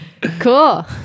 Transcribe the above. Cool